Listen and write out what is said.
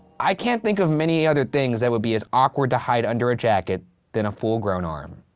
i can't think of many other things that would be as awkward to hide under a jacket than a full grown arm.